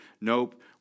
nope